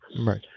right